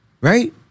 right